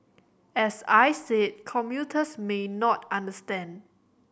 as I said commuters may not understand